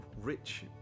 rich